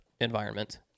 environment